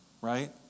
right